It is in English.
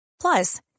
Plus